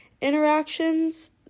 interactions